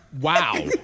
Wow